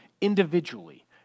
individually